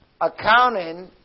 accounting